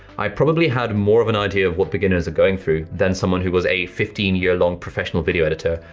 i probably had more of an idea of what beginners are going through than someone who was a fifteen year long professional video editor,